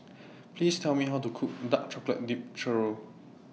Please Tell Me How to Cook Dark Chocolate Dipped Churro